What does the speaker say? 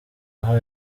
aho